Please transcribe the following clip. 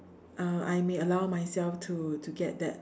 uh I may allow myself to to get that